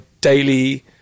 daily